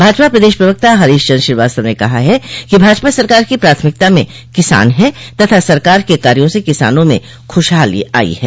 भाजपा प्रदेश प्रवक्ता हरीश चन्द श्रीवास्तव ने कहा है कि भाजपा सरकार की प्राथमिकता में किसान है तथा सरकार के कार्यो से किसानों में खुशहाली आयी है